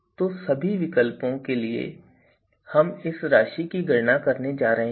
तो सभी विकल्पों के लिए हम इस राशि की गणना करने जा रहे हैं